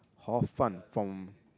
hor-fun from